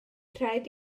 rhaid